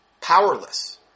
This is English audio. powerless